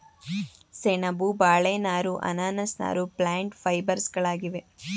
ಸೆಣಬು, ಬಾಳೆ ನಾರು, ಅನಾನಸ್ ನಾರು ಪ್ಲ್ಯಾಂಟ್ ಫೈಬರ್ಸ್ಗಳಾಗಿವೆ